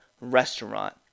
restaurant